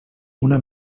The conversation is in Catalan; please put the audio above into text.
una